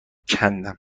کندم